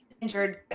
injured